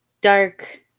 dark